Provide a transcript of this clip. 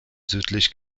südlich